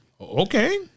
Okay